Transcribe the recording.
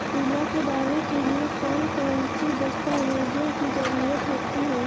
बीमा के दावे के लिए कौन कौन सी दस्तावेजों की जरूरत होती है?